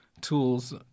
Tools